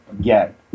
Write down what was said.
Get